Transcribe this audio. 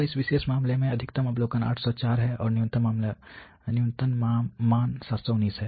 तो इस विशेष मामले में अधिकतम अवलोकन 804 है और न्यूनतम मान 719 है